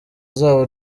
zabo